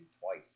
twice